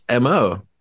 MO